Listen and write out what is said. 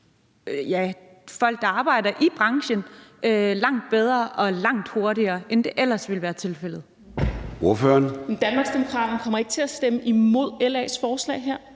her folk, der arbejder i branchen, langt bedre og langt hurtigere, end det ellers ville være tilfældet?